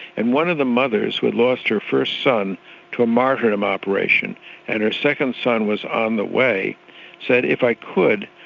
and one of the mothers who lost her first son to a martyrdom operation and her second son was on the way said, if i could,